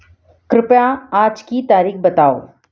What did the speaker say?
कृपया आज की तारीख़ बताओ